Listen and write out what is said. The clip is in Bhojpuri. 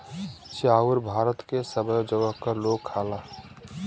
चाउर भारत के सबै जगह क लोग खाला